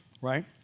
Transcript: right